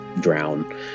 drown